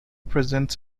presents